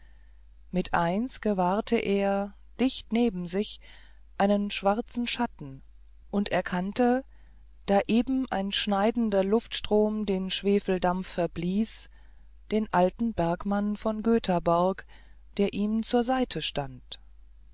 mit eins gewahrte er dicht neben sich einen schwarzen schatten und erkannte da eben ein schneidender luftstrom den schwefeldampf verblies den alten bergmann von göthaborg der ihm zur seite stand